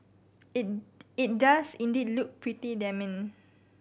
it it does indeed look pretty damning